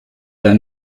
their